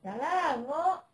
ya lah ngok